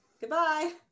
Goodbye